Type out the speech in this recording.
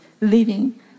living